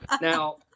Now